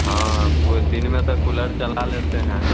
हाँ कोई दिन में तो कूलर चला लेते हैं